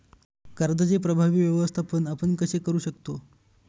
कर्जाचे प्रभावी व्यवस्थापन आपण कसे करु शकतो?